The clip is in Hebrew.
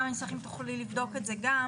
גם אם תוכלי לבדוק את זה גם,